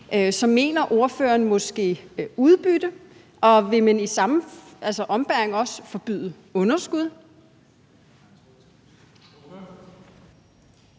Så mener ordføreren måske udbytte? Og vil man i samme ombæring også forbyde underskud?